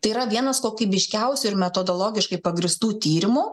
tai yra vienas kokybiškiausių ir metodologiškai pagrįstų tyrimų